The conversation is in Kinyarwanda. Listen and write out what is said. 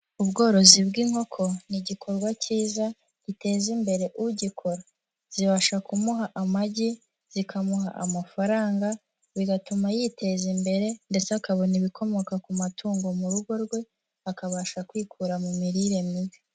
Ubworozi bw'inkoko, ni igikorwa cyiza, giteza imbere ugikora. Zibasha kumuha amagi, zikamuha amafaranga, bigatuma yiteza imbere ndetse akabona ibikomoka ku matungo mu rugo rwe, akabasha kwikura mu mirire mibi.